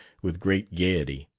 with great gaiety.